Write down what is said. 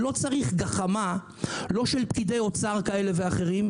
ולא צריך גחמה לא של פקידי אוצר כאלה ואחרים,